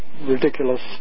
ridiculous